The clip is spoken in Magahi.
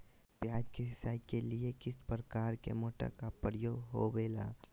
प्याज के सिंचाई के लिए किस प्रकार के मोटर का प्रयोग होवेला?